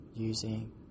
using